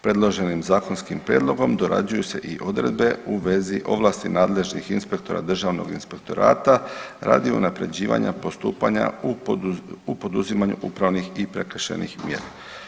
Predloženim zakonskim prijedlogom dorađuju se i odredbe u vezi ovlasti nadležnih inspektora državnog inspektorata radi unaprjeđivanja postupanja u poduzimanju upravnih i prekršajnih mjera.